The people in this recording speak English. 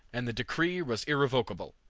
and the decree was irrevocable.